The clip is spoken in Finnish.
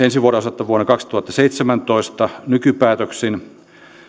ensi vuoden osalta vuonna kaksituhattaseitsemäntoista nykypäätöksin